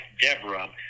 Deborah